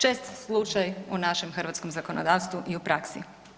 Čest slučaj u našem hrvatskom zakonodavstvu i u praksi.